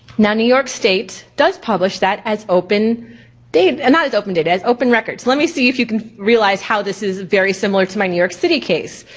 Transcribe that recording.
now new york state does publish that as open data, and not as open data, as open records. let me see if you can realize how this is very similar to my new york city case.